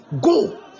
Go